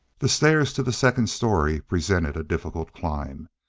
the stairs to the second story presented difficult climb.